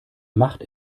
macht